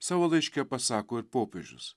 savo laiške pasako ir popiežius